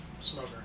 smoker